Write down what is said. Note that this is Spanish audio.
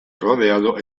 rodeado